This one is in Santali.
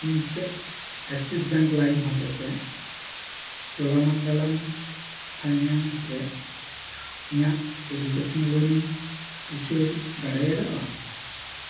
ᱤᱧ ᱪᱮᱫ ᱮᱠᱥᱤᱥ ᱵᱮᱝᱠ ᱞᱟᱭᱤᱢ ᱦᱚᱛᱮ ᱛᱮ ᱪᱚᱞᱟᱢᱟᱱᱰᱚᱞᱚᱢ ᱯᱷᱟᱭᱱᱮᱱᱥ ᱨᱮ ᱤᱧᱟᱹᱜ ᱮᱰᱩᱠᱮᱥᱚᱱ ᱞᱳᱱᱤᱧ ᱩᱪᱟᱹᱲ ᱫᱟᱲᱮᱣᱟᱜᱼᱟ